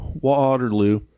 Waterloo